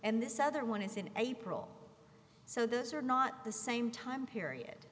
and this other one is in april so those are not the same time period